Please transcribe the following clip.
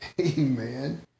amen